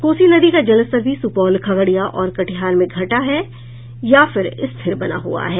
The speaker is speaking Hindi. कोसी नदी का जलस्तर भी सुपौल खगड़िया और कटिहार में घटा है या फिर स्थिर बना हुआ है